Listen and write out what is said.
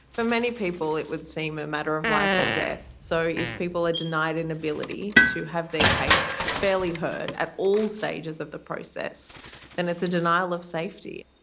for many people it would seem a matter of life or death. so if people are denied an ability to have their case fairly heard at all stages of the process then it's a denial of safety.